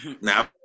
Now